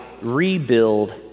rebuild